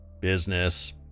business